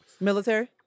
military